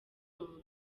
utu